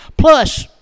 Plus